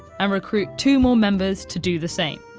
and recruit two more members to do the same.